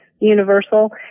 universal